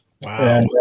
Wow